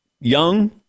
Young